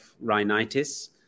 rhinitis